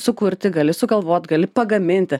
sukurti gali sugalvot gali pagaminti